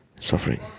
suffering